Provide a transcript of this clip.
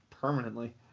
Permanently